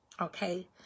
Okay